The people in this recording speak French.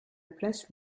place